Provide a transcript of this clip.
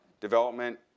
development